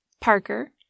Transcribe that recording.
Parker